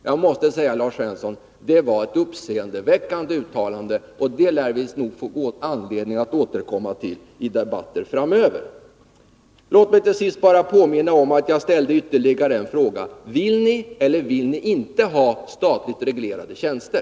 Jag måste säga att detta var ett uppseendeväckande uttalande och att vi lär få anledning att återkomma till det i debatter framöver. Låt mig avslutningsvis bara påminna om att jag har ställt ytterligare en fråga: Vill ni eller vill ni inte ha statligt reglerade tjänster?